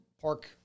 park